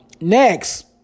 next